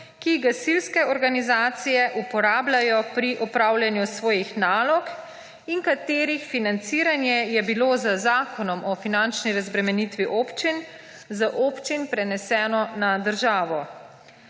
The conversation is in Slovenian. jih gasilske organizacije uporabljajo pri opravljanju svojih nalog in katerih financiranje je bilo z Zakonom o finančni razbremenitvi občin z občin preneseno na državo.